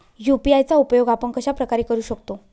UPI चा उपयोग आपण कशाप्रकारे करु शकतो?